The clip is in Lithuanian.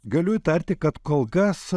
galiu įtarti kad kol kas